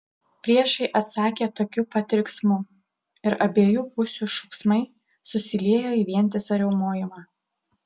priešai atsakė tokiu pat riksmu ir abiejų pusių šūksmai susiliejo į vientisą riaumojimą